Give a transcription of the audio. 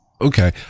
okay